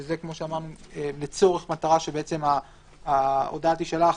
שזה כמו שאמרנו, לצורך מטרה שההודעה תישלח